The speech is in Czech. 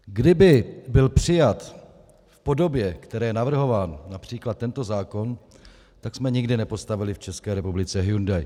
Kdyby byl přijat v podobě, ve které je navrhován například tento zákon, tak jsme nikdy nepostavili v České republice Hyundai.